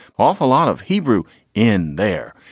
awful lot of hebrew in there.